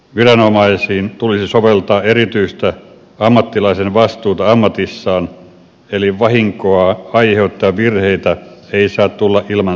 viranomaisiin tulisi soveltaa erityistä ammattilaisen vastuuta ammatissaan eli vahinkoa aiheuttavia virheitä ei saa tulla ilman seuraamuksia